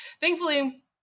Thankfully